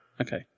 Okay